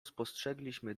spostrzegliśmy